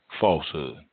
falsehood